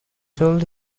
told